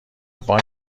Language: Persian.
بانک